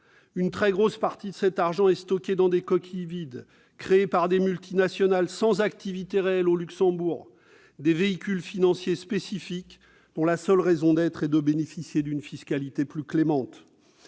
Une très grosse partie de cet argent est stockée dans des coquilles vides créées par des multinationales, sans activité réelle au Luxembourg, des véhicules financiers spécifiques, dont la seule raison d'être est de bénéficier d'une fiscalité plus clémente.